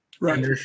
right